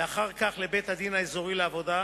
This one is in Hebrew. ואחר כך לבית-הדין האזורי לעבודה,